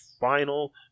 final